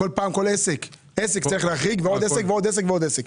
עסק צרי להחריג עוד עסק ועוד עסק.